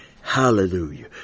Hallelujah